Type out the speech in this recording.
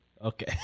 Okay